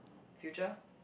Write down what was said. future